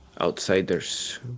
outsiders